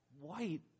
white